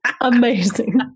Amazing